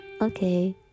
okay